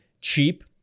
cheap